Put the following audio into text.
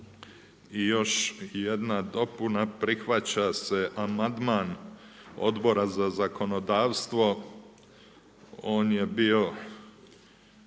I još jedna dopuna, prihvaća se amandman Odbora za zakonodavstvo, on je bio